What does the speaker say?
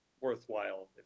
worthwhile